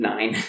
Nine